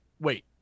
wait